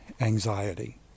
anxiety